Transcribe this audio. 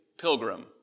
pilgrim